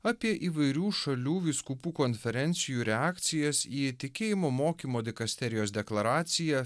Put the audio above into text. apie įvairių šalių vyskupų konferencijų reakcijas į tikėjimo mokymo dikasterijos deklaraciją